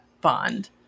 bond